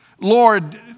Lord